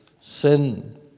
sin